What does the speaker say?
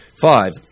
Five